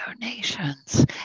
donations